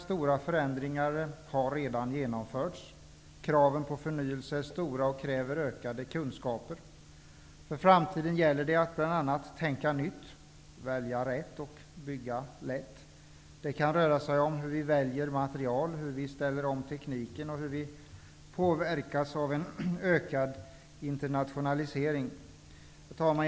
Stora förändringar har redan genomförts. Kraven på förnyelse är stora och därmed kraven på ökade kunskaper. För framtiden gäller det att bl.a. tänka nytt--välja rätt--bygga lätt. Det kan röra sig om hur vi väljer material, hur vi ställer om tekniken och hur vi påverkas av en ökad internationalisering. Herr talman!